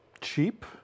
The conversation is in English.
cheap